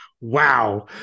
Wow